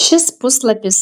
šis puslapis